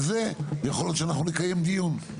זה יכול להיות שאנחנו עוד נקיים דיון.